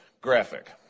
graphic